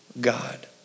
God